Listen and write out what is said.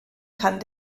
kann